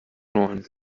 neun